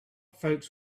folks